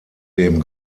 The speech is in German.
dem